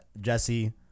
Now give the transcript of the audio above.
Jesse